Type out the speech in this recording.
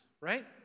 right